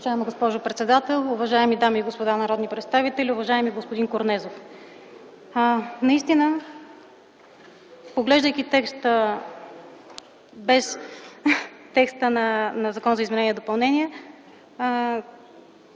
Уважаема госпожо председател, уважаеми дами и господа народни представители, уважаеми господин Корнезов! Наистина, поглеждайки текста на закона за изменение и допълнение